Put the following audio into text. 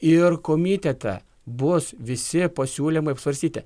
ir komitete bus visi pasiūlymai apsvarstyti